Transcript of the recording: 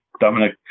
Dominic